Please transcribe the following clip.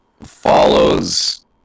follows